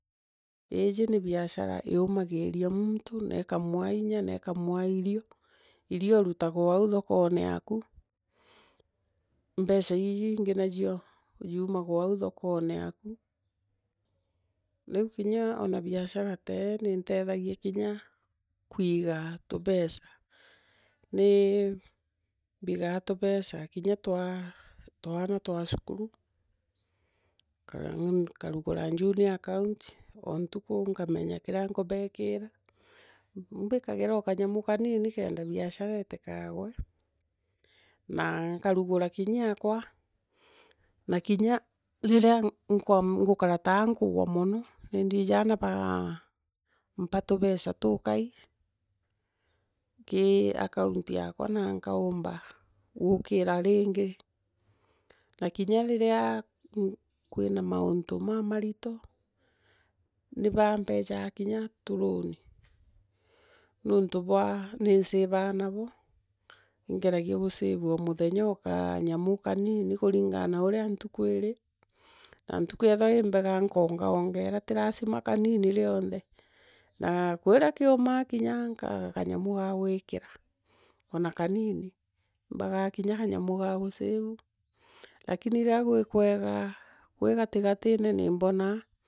Liiji ni biashara yoomuagiria muuntu. nekamwaa inya nokamwaa irie. irio urufaga oau thokone yaaku. mbeca iingi najio jiumage oau thokone yaaku. viu kinya ona biashara tee niintethagia kinya kwiga tubeca. Nii mbigaa tubeca kinya tua twaana twa cukuru kana nkarugura junior account, o ntuntu nkamanya kira nkubeekira. mbikaira o kanyamo kanini kenda biashara itikogwe naa nkarugura kimya yakwa. na kimya niria ngukara taa nkugwa mono. ni ndijaa na mbaampo tubeca tukai. kii account yaakwa na nkaumba guukira ringi na kinya rivea kwina mauntu mamarito. nibanpejea kinya to loan nontu bwa nisevaa robo. ningeregia kusave o muthenya kanyamu kanini kuringana o na urea ntuntu yeethirwa in mboga nkoongaongera ti lasima kanini reothe. Na kwireo kiumaa nkinya nkaaga kanyamo ka gwikira ona kanini. Mbogoa kimya kanyamu ka gusave lakini riria kui kwaga rii gatigatina ni mbonea.